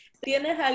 ¿tienes